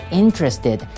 interested